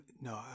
No